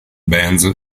benz